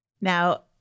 Now